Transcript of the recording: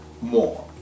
more